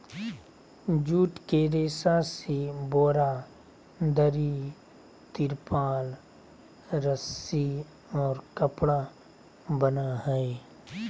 jute के रेशा से बोरा, दरी, तिरपाल, रस्सि और कपड़ा बनय हइ